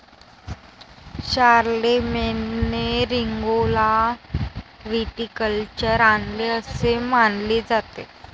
शारलेमेनने रिंगौला व्हिटिकल्चर आणले असे मानले जाते